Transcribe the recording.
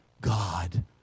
God